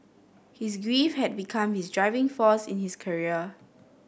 his grief had become his driving force in his career